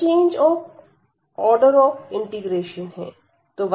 यह change of order of integration है